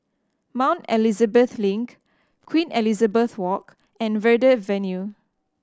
Mount Elizabeth Link Queen Elizabeth Walk and Verde Avenue